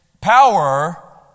power